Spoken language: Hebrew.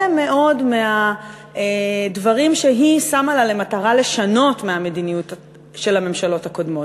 מאוד מהדברים שהיא שמה לה למטרה לשנות מהמדיניות של הממשלות הקודמות,